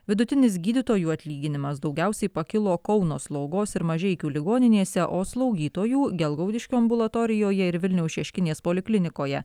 vidutinis gydytojų atlyginimas daugiausiai pakilo kauno slaugos ir mažeikių ligoninėse o slaugytojų gelgaudiškio ambulatorijoje ir vilniaus šeškinės poliklinikoje